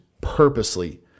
purposely